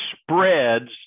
spreads